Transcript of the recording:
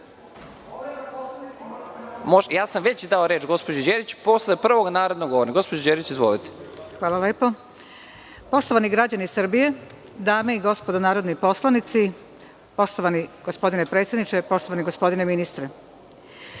sam dao reč gospođi Đerić. Posle prvog narednog govornika. Gospođo Đerić, izvolite. **Zlata Đerić** Poštovani građani Srbije, dame i gospodo narodni poslanici, poštovani gospodine predsedniče, poštovani gospodine ministre,